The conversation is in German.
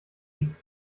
jedes